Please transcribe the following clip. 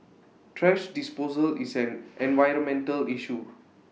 thrash disposal is an environmental issue